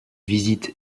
visite